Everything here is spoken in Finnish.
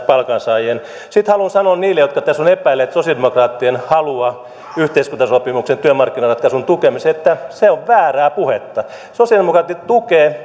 palkansaajiin nähden sitten haluan sanoa niille jotka tässä ovat epäilleet sosialidemokraattien halua yhteiskuntasopimuksen työmarkkinaratkaisun tukemiseen että se on väärää puhetta sosialidemokraatit tukevat